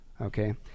Okay